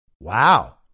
Wow